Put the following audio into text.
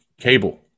cable